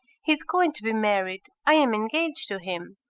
he is going to be married. i am engaged to him